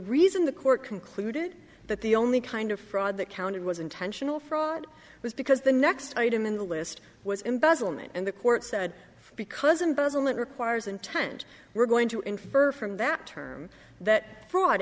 reason the court concluded that the only kind of fraud that counted was intentional fraud was because the next item in the list was embezzlement and the court said because embezzling requires intent we're going to infer from that term that fraud